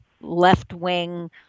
left-wing